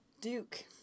Duke